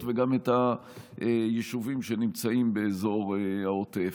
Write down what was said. וגם את היישובים שנמצאים באזור העוטף.